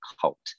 cult